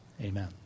Amen